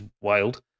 wild